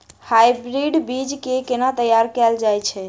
Hybrid बीज केँ केना तैयार कैल जाय छै?